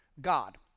God